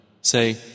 Say